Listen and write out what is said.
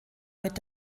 mit